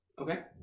Okay